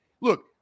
look